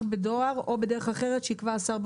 בדואר או בדרך אחרת שיקבע השר ברישיון,